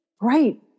Right